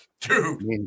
Dude